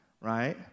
right